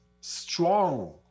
strong